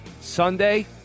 Sunday